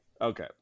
Okay